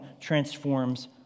transforms